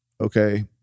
okay